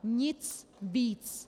Nic víc.